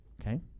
okay